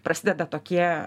prasideda tokie